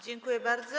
Dziękuję bardzo.